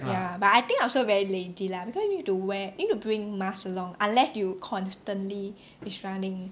ya but I think I also very lazy lah because you need to wear need to bring mask along unless you constantly is running